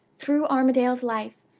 through armadale's life,